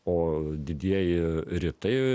o didieji rytai